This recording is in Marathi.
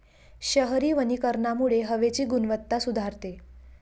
शहरी वनीकरणामुळे हवेची गुणवत्ता सुधारते